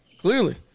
clearly